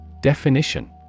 Definition